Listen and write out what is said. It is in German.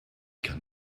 kann